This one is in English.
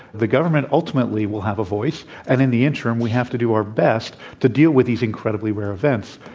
the government ultimately will have a voice and in the interim we have to do our best to deal with these incredibly rare events.